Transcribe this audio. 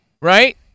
right